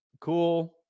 cool